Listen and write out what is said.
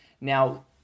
Now